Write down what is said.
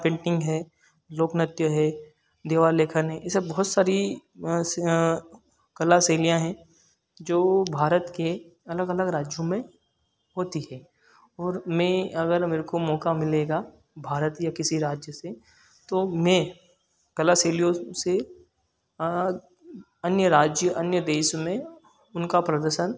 painting है लोकनृत्य है देवा लेखन है ये सब बहुत सारी स कला शैलियाँ हैं जो भारत के अलग अलग राज्यों में होती हैं ओर मैं अगर मेरे को मौका मिलेगा भारतीय किसी राज्य से तो मैं कला शैलियों से अन्य राज्य अन्य देश में उनका प्रदर्शन